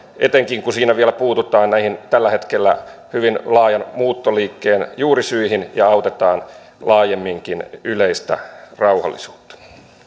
etenkin kun siinä vielä puututaan näihin tällä hetkellä hyvin laajan muuttoliikkeen juurisyihin ja autetaan laajemminkin yleistä rauhallisuutta